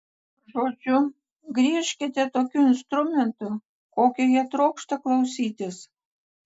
žodžiu griežkite tokiu instrumentu kokio jie trokšta klausytis